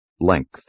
Length